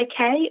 okay